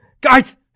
Guys